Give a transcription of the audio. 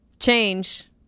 Change